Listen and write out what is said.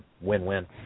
Win-win